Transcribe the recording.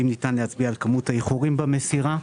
אם ניתן להצביע על כמות האיחורים במסירה,